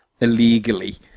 illegally